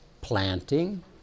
planting